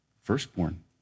Firstborn